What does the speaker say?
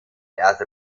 erste